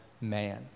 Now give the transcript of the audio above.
man